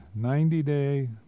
90-day